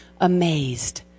amazed